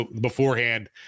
beforehand